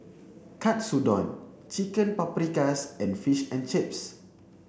Katsudon Chicken Paprikas and Fish and Chips